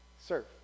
serve